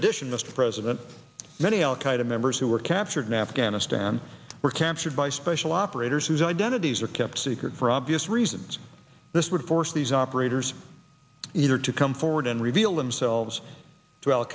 addition mr president many al qaeda members who were captured in afghanistan were captured by special operators whose identities are kept secret for obvious reasons this would force these operators either to come forward and reveal themselves to al